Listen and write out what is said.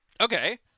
okay